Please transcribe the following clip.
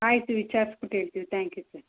ಆಯ್ತು ವಿಚಾರ್ಸ್ಬುಟ್ಟು ಹೇಳ್ತೀವ್ ತ್ಯಾಂಕ್ ಯು ಸರ್